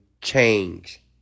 change